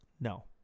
no